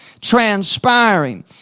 transpiring